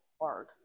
hard